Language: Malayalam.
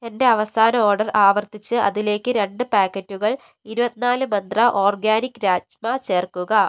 എന്റെ അവസാന ഓഡർ ആവർത്തിച്ച് അതിലേക്ക് രണ്ട് പാക്കറ്റുകൾ ഇരുപത്തി നാല് മന്ത്ര ഓർഗാനിക് രാജ്മ ചേർക്കുക